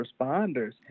responders